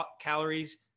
calories